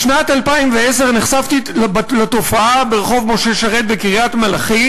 בשנת 2010 נחשפתי לתופעה ברחוב משה שרת בקריית-מלאכי.